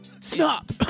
Stop